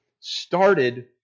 started